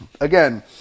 again